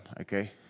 okay